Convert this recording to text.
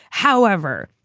however.